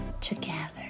together